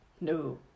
No